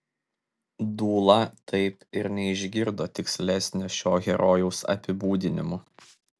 dūla taip ir neišgirdo tikslesnio šio herojaus apibūdinimo